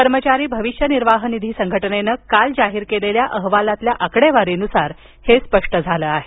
कर्मचारी अविष्य निर्वाह निधी संघटनेनं काल जाहीर केलेल्या अहवालातील आकडेवारीनुसार हे स्पष्ट झालं आहे